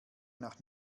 nach